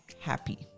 happy